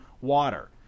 water